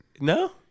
No